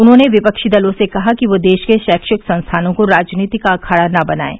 उन्होंने विपक्षी दलों से कहा कि वे देश के शैक्षिक संस्थानों को राजनीति का अखाड़ा न बनाएं